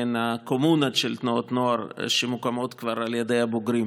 מעין קומונות של תנועות נוער שמוקמות על ידי הבוגרים.